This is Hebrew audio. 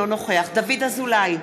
אינו נוכח דוד אזולאי,